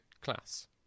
class